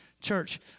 Church